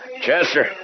Chester